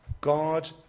God